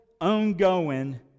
ongoing